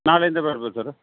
ನಾಳೆಯಿಂದ ಬರಬೇಕ ಸರ್